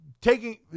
taking